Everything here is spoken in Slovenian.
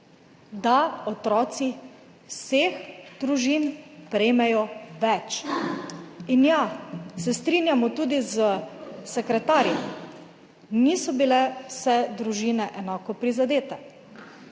da otroci vseh družin prejmejo več. Ja, se strinjamo tudi s sekretarjem, niso bile vse družine enako prizadete,